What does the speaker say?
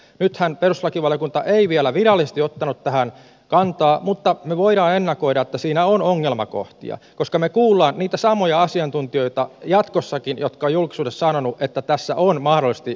nythän perustuslakivaliokunta ei vielä virallisesti ottanut tähän kantaa mutta me voimme ennakoida että siinä on ongelmakohtia koska me kuulemme niitä samoja asiantuntijoita jatkossakin jotka ovat julkisuudessa sanoneet että tässä on marosti